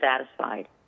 satisfied